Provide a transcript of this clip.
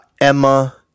Emma